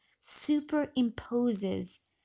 superimposes